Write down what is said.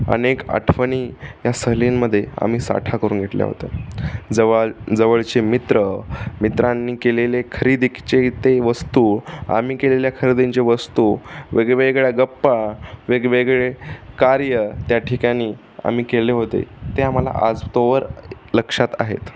अनेक आठवणी या सहलींमध्ये आम्ही साठा करून घेतल्या होत्या जवळ जवळचे मित्र मित्रांनी केलेले खरेदीचे ते वस्तू आम्ही केलेल्या खरेदींचे वस्तू वेगवेगळ्या गप्पा वेगवेगळे कार्य त्या ठिकाणी आम्ही केले होते ते आम्हाला आजतोवर लक्षात आहेत